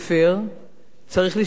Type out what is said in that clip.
צריך להשתמש בסימנייה,